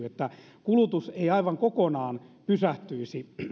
että kulutus ei aivan kokonaan pysähtyisi